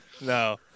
no